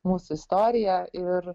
mūsų istoriją ir